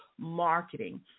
marketing